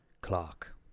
Clark